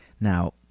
Now